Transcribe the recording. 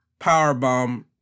powerbomb